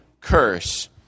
curse